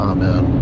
Amen